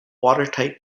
watertight